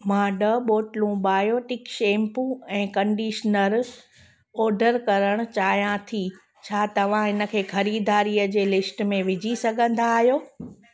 मां ॾह बोतलूं बायोटिक शैम्पू ऐं कंडीशनर ऑर्डर करण चाहियां थी छा तव्हां इनखे खरीदारीअ जे लिस्ट में विझी सघंदा आहियो